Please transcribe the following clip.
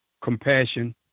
compassion